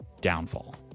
downfall